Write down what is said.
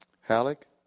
Halleck